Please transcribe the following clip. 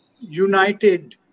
united